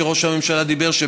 שראש הממשלה דיבר עליה,